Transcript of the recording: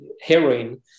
heroin